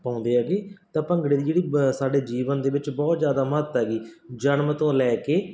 ਪਾਉਂਦੇ ਹੈਗੇ ਤਾਂ ਭੰਗੜੇ ਦੀ ਜਿਹੜੀ ਬ ਸਾਡੇ ਜੀਵਨ ਦੇ ਵਿੱਚ ਬਹੁਤ ਜ਼ਿਆਦਾ ਮਹੱਤਤਾ ਹੈਗੀ ਜਨਮ ਤੋਂ ਲੈ ਕੇ